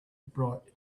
bright